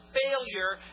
failure